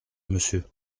monsieur